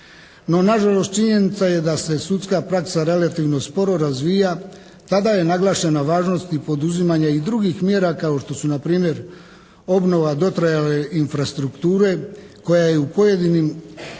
No nažalost činjenica je da se sudska praksa relativno sporo razvija. Tada je naglašena važnost i poduzimanje i drugih mjera kao što su npr. obnova dotrajale infrastrukture koja je u pojedinim